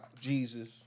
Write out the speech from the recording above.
Jesus